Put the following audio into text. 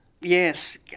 Yes